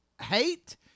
hate